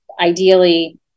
ideally